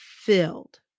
filled